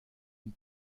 une